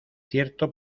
cierto